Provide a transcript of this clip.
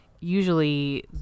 usually